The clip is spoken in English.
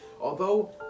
although-